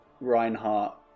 Reinhardt